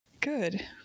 Good